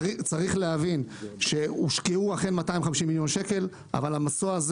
צריך להבין שאכן הושקעו 250 מיליון שקל והמסוע הזה